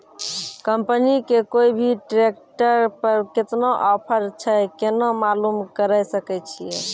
Company के कोय भी ट्रेक्टर पर केतना ऑफर छै केना मालूम करऽ सके छियै?